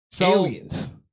Aliens